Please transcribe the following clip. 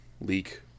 leak